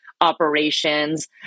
operations